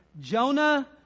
Jonah